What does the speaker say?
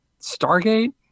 Stargate